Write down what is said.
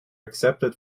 accepted